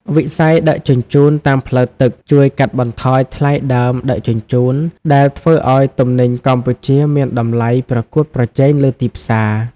វិស័យដឹកជញ្ជូនតាមផ្លូវទឹកជួយកាត់បន្ថយថ្លៃដើមដឹកជញ្ជូន ដែលធ្វើឱ្យទំនិញកម្ពុជាមានតម្លៃប្រកួតប្រជែងលើទីផ្សារ។